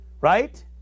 right